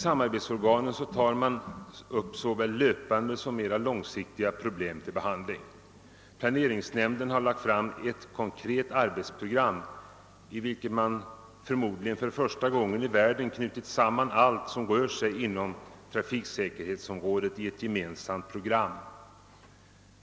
Samarbetsorganen tar upp såväl lö pande som mera långsiktiga problem till behandling. Planeringsnämnden har framlagt ett konkret arbetsprogram i vilket man förmodligen för första gången i världen knutit samman ållt som ryms inom trafiksäkerhetsområdet i ett gemensamt program.